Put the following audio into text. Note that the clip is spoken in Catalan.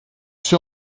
ser